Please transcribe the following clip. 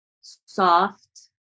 soft